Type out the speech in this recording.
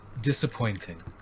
disappointing